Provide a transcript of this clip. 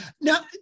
now